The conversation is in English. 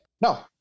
No